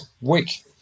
week